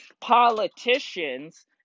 politicians